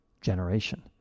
generation